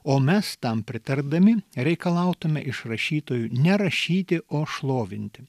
o mes tam pritardami reikalautume iš rašytojų nerašyti o šlovinti